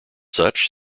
such